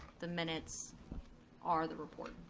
the minutes are the report,